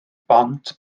bont